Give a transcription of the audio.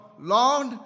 Lord